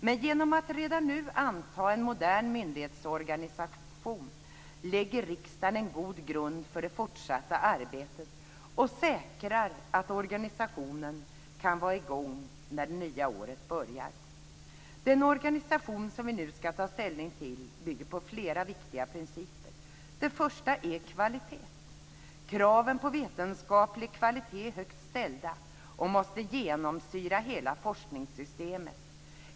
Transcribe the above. Men genom att redan nu anta en modern myndighetsorganisation lägger riksdagen en god grund för det fortsatta arbetet och säkrar att organisationen kan vara i gång när det nya året börjar. Den organisation som vi nu ska ta ställning till bygger på flera viktiga principer. Den första är kvaliteten. Kraven på vetenskaplig kvalitet är högt ställda och måste genomsyra hela forskningssystemet.